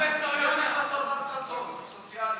שיהיה מחצות עד חצות, סוציאלי.